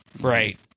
Right